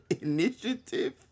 initiative